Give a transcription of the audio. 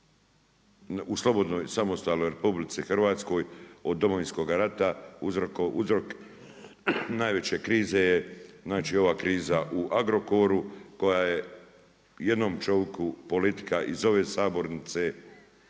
u slobodnoj samostalnoj Republici Hrvatskoj od Domovinskog rata uzrok najveće krize je znači ova kriza u Agrokoru koja je jednom čoviku politika iz ove sabornice